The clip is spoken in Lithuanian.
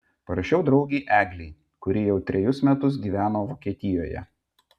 parašiau draugei eglei kuri jau trejus metus gyveno vokietijoje